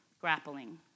grappling